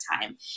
time